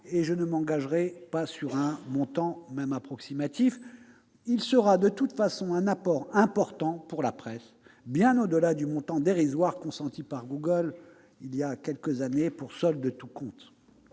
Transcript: je ne m'engagerai pas sur un montant, même approximatif. Il constituera de toute façon un apport important pour la presse, bien supérieur au montant dérisoire consenti par Google il y a quelques années pour solde de tout compte.